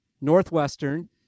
Northwestern